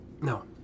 No